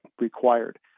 required